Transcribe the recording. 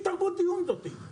איזה מין תרבות דיון זאתי,